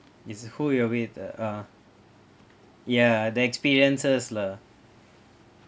it's who you are with uh ah ya the experiences lah